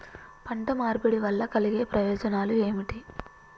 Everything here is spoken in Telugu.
పంట మార్పిడి వల్ల కలిగే ప్రయోజనాలు ఏమిటి?